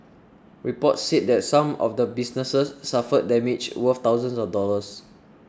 reports said that some of the businesses suffered damage worth thousands of dollars